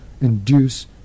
induce